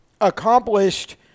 accomplished